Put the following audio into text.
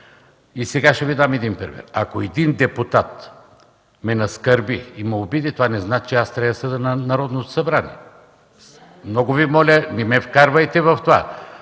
Сега ще Ви дам един пример. Ако един депутат ме наскърби и обиди, това не значи, че аз трябва да съдя Народното събрание. Много Ви моля, не ме вкарвайте в това.